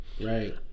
Right